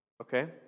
Okay